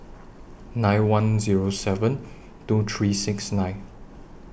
nine one Zero seven two three six nine